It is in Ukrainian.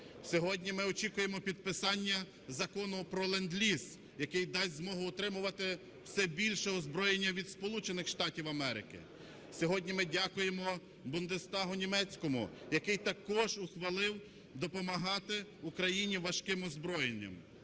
Сьогодні ми очікуємо підписання Закону про ленд-ліз, який дасть змогу отримувати все більше озброєння від Сполучених Штатів Америки. Сьогодні ми дякуємо Бундестагу німецькому, який також ухвалив допомагати Україні важким озброєнням.